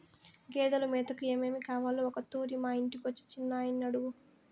గేదెలు మేతకు ఏమేమి కావాలో ఒకతూరి మా ఇంటికొచ్చి చిన్నయని అడుగు